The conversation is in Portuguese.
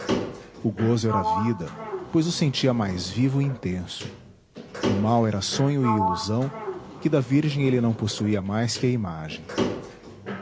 o gozo era vida pois o sentia mais vivo e intenso o mal era sonho e ilusão que da virgem ele não possuía mais que a imagem